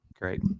Great